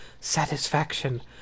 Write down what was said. satisfaction